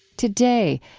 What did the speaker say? today,